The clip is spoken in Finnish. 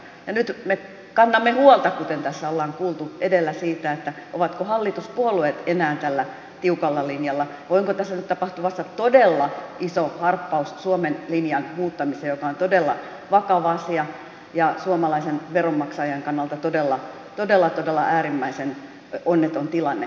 nyt me kannamme huolta kuten tässä ollaan kuultu edellä siitä ovatko hallituspuolueet enää tällä tiukalla linjalla vai onko tässä nyt tapahtumassa todella iso harppaus suomen linjan muuttamiseen joka on todella vakava asia ja suomalaisen veronmaksajan kannalta todella todella äärimmäisen onneton tilanne